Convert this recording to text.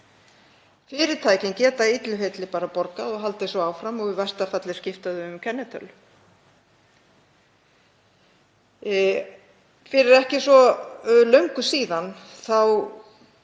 Fyrirtækin geta illu heilli bara borgað og haldið svo áfram og í versta falli skipta þau um kennitölu. Fyrir ekki svo löngu síðan